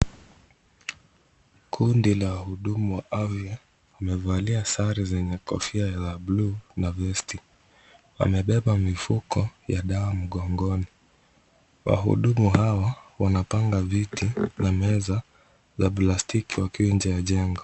Kundi la wahudumu wa afya wamevalia sare zenye kofia ya bluu na vesti. Wamebeba mifuko ya dawa mgongoni. Wahudumu hawa wanapanga viti na meza za plastiki wakiwa nje ya jengo.